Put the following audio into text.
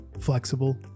flexible